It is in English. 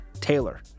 Taylor